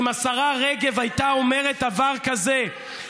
אם השרה רגב הייתה אומרת דבר כזה,